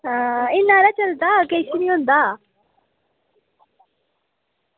हां इन्ना हारा चलदा किश निं होंदा